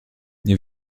nie